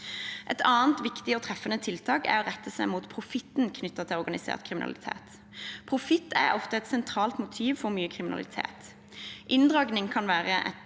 Et annet viktig og treffende tiltak er å rette seg mot profitten knyttet til organisert kriminalitet. Profitt er ofte et sentralt motiv for mye kriminalitet. Inndragning kan være et